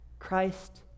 Christ